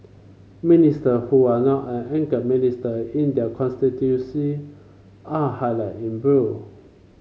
minister who are not an anchor minister in their constituency are highlighted in blue